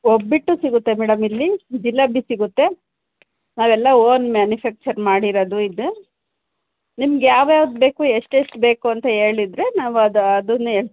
ಒಬ್ಬಟ್ಟು ಸಿಗುತ್ತೆ ಮೇಡಮ್ ಇಲ್ಲಿ ಜಿಲೇಬಿ ಸಿಗುತ್ತೆ ನಾವೆಲ್ಲ ಓನ್ ಮ್ಯಾನುಫ್ಯಾಕ್ಚರ್ ಮಾಡಿರೋದು ಇದು ನಿಮ್ಗೆ ಯಾವ ಯಾವ್ದು ಬೇಕು ಎಷ್ಟು ಎಷ್ಟು ಬೇಕು ಅಂತ ಹೇಳಿದ್ರೆ ನಾವು ಅದು ಅದನ್ನೇ